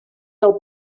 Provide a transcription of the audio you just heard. del